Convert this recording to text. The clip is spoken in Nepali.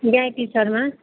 गायत्री शर्मा